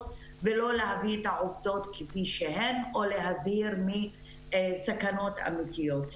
ולא להביא את העובדות כפי שהן או להזהיר מסכנות אמיתיות.